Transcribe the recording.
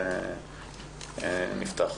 נפתח.